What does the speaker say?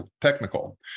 technical